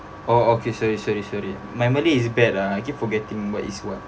oh okay sorry sorry sorry my malay is bad lah I keep forgetting what is what